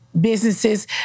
businesses